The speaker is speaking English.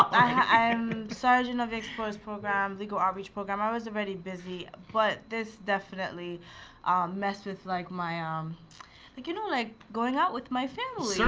i am sergeant of expose programs, legal outreach program. i was already busy. but this definitely messed with like my, um like you know like going out with my family.